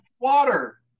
water